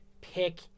pick